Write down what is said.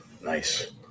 Nice